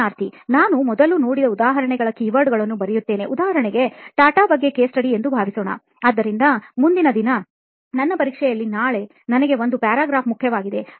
ಸಂದರ್ಶನಾರ್ಥಿ ನಾನು ಮೊದಲು ನೋಡಿದ ಉದಾಹರಣೆಗಳ keywordಗಳನ್ನು ಬರೆಯುತ್ತೇನೆಉದಾಹರಣೆಗೆ TATA ಬಗ್ಗೆ case studyಎಂದು ಭಾವಿಸೋಣ ಆದ್ದರಿಂದ ಆದ್ದರಿಂದ ಮುಂದಿನ ದಿನ ನನ್ನ ಪರೀಕ್ಷೆಯಲ್ಲಿ ನಾಳೆ ನನಗೆ ಒಂದು paragraph ಮುಖ್ಯವಾಗಿದೆ